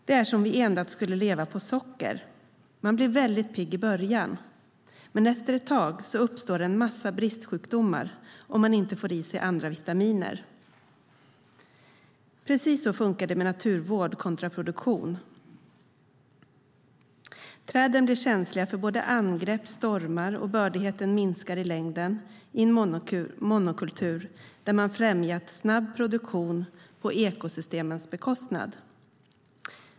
Det är som om vi endast skulle leva på socker. Man blir väldigt pigg i början, men efter ett tag uppstår en massa bristsjukdomar om man inte får i sig vitaminer. Precis så funkar det med naturvård kontra produktion. Träden blir känsliga för både angrepp och stormar, och bördigheten minskar i längden i en monokultur där man främjat snabb produktion på ekosystemens bekostnad.